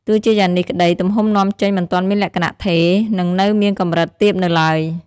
ទោះជាយ៉ាងនេះក្តី ទំហំនាំចេញមិនទាន់មានលក្ខណៈថេរ និងនៅមានកម្រិតទាបនៅឡើយ។